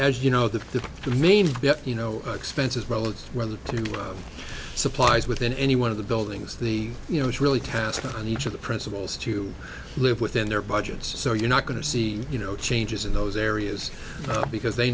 as you know the i mean you know expenses well it's whether to supplies within any one of the buildings the you know it's really task on each of the principals to live within their budgets so you're not going to see you know changes in those areas because they